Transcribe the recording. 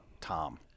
Tom